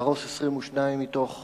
להרוס 22 מתוך